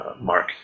Mark